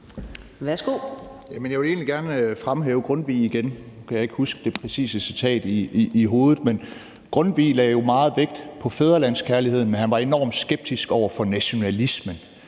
Jeg vil egentlig gerne igen fremhæve Grundtvig, og nu kan jeg ikke huske det præcise citat i hovedet, men Grundtvig lagde jo meget vægt på fædrelandskærligheden. Men han var enormt skeptisk over for nationalismen.